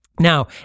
Now